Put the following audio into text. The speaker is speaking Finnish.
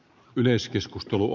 varapuhemies